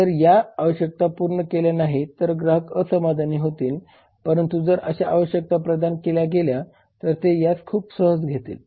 जर या आवश्यकता पूर्ण केल्या नाहीत तर ग्राहक असमाधानी होतील परंतु जर अशा आवश्यकता प्रदान केल्या गेल्या तर ते यास खूप सहज घेतील